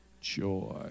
joy